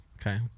okay